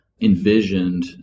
envisioned